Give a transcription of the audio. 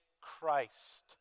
Christ